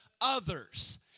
others